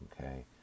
okay